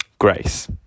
Grace